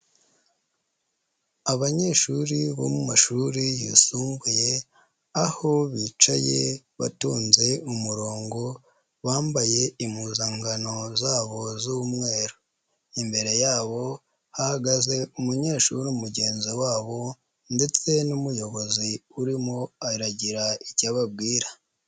Abanyeshuri bo mu mashuri yisumbuye, aho bicaye batonze umurongo, bambaye impuzangano zabo z'umweru. Imbere yabo, hagaze umunyeshuri mugenzi wabo ndetse n'umuyobozi urimo aragira icyo ababwira.